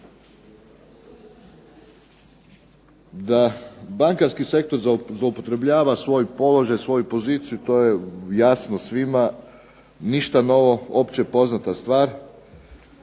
Da bankarski sektor zloupotrebljava svoj položaj, svoju poziciju to je jasno svima, ništa novo, opće poznata stvar